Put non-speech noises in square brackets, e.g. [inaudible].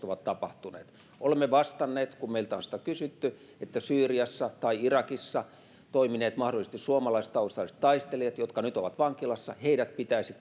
[unintelligible] ovat tapahtuneet olemme vastanneet kun meiltä on sitä kysytty että syyriassa tai irakissa toimineet mahdollisesti suomalaistaustaiset taistelijat jotka nyt ovat vankilassa heidät pitäisi [unintelligible]